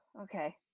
okay